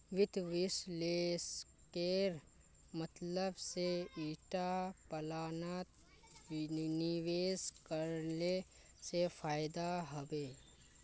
वित्त विश्लेषकेर मतलब से ईटा प्लानत निवेश करले से फायदा हबे